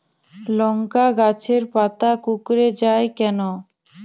লংকা গাছের পাতা কুকড়ে যায় কেনো?